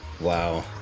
wow